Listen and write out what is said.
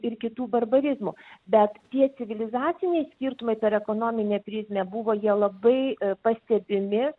ir kitų barbarizmų bet tie civilizaciniai skirtumai per ekonominę prizmę buvo jie labai pastebimi